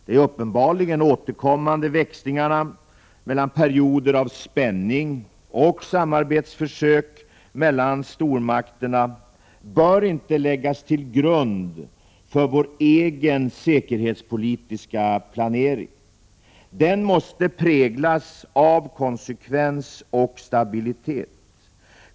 De uppenbarligen återkommande växlingarna mellan perioder av spänning och samarbetsförsök mellan stormakterna bör inte läggas till grund för vår egen säkerhetspolitiska planering. Den måste präglas av konsekvens och stabilitet.